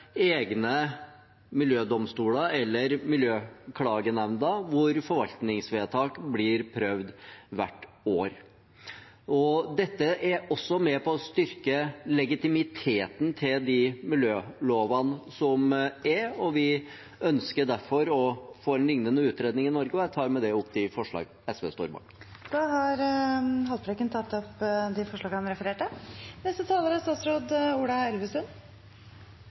egne miljødomstoler eller miljøklagenemnder hvor forvaltningsvedtak blir prøvd hvert år. Dette er også med på å styrke legitimiteten til de miljølovene som er. Vi ønsker derfor å få en lignende utredning i Norge, og jeg tar med det opp forslaget SV står bak. Da har representanten Lars Haltbrekken tatt opp det forslaget han refererte